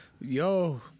Yo